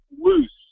loose